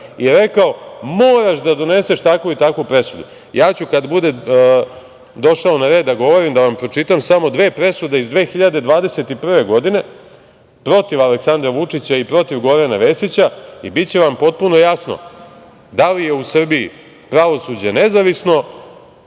i rekao - moraš da doneseš takvu i takvu presudu. Kada budem došao na red da govorim ja ću da vam pročitam samo dve presude iz 2021. godine protiv Aleksandra Vučića i protiv Gorana Vesića i biće vam potpuno jasno da li je u Srbiji pravosuđe nezavisno